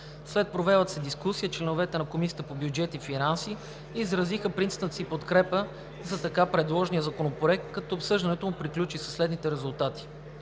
След провелата се дискусия членовете на Комисията по бюджет и финанси изразиха принципната си подкрепа за така предложения законопроект, като обсъждането му приключи със следните резултати: